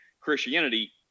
Christianity